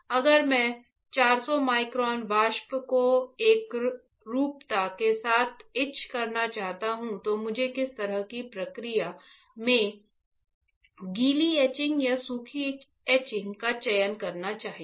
अगर मैं 400 माइक्रोन वाष्प को एकरूपता के साथ ईच करना चाहता हूं तो मुझे किस तरह की प्रक्रिया में गीली एचिंग या सूखी एचिंग का चयन करना चाहिए